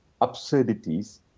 absurdities